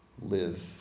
live